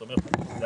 ב"שומר חומות",